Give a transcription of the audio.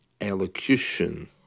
elocution